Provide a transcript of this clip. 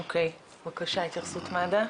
אוקי, בבקשה, התייחסות מד"א.